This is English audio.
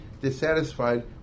dissatisfied